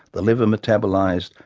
the liver metabolised,